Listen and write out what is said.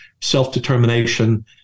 self-determination